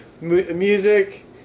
Music